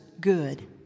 good